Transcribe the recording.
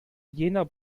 jener